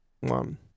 one